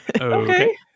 Okay